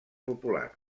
popular